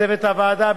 לצוות הוועדה,